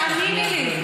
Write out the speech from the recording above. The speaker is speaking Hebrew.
תאמיני לי,